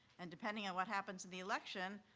and, depending on what happens in the election,